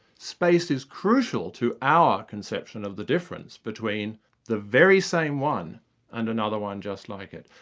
space is crucial to our conception of the difference between the very same one and another one just like it.